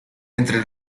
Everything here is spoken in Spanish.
entre